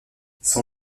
son